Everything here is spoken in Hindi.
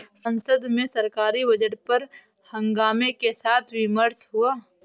संसद में सरकारी बजट पर हंगामे के साथ विमर्श हुआ